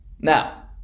Now